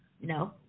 no